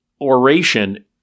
oration